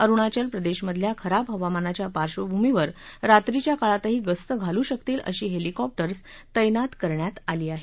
अरुणाचल प्रदेश मधल्या खराब हवामानाच्या पार्शभूमीवर रात्रीच्या काळातही गस्त घालू शकतील अशी हेलिकॉप्टर्स तैनात करण्यात आली आहेत